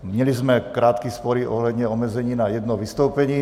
Měli jsme krátký spor i ohledně omezení na jedno vystoupení.